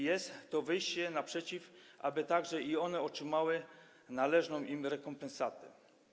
Jest to wyjście im naprzeciw, aby także i te osoby otrzymały należną im rekompensatę.